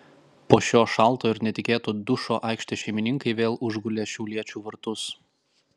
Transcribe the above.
po šio šalto ir netikėto dušo aikštės šeimininkai vėl užgulė šiauliečių vartus